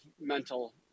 mental